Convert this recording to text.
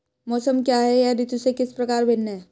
मौसम क्या है यह ऋतु से किस प्रकार भिन्न है?